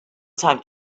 time